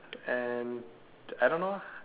and I don't know ah